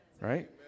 right